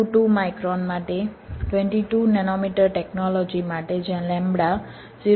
022 micron માટે 22 nanometre technology માટે જ્યાં લેમ્બડા 0